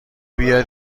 بیاد